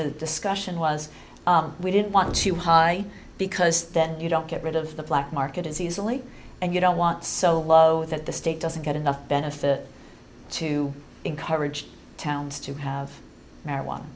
the discussion was we didn't want to high because that you don't get rid of the black market as easily and you don't want so low that the state doesn't get enough benefit to encourage towns to have